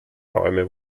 räume